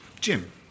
Jim